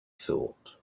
thought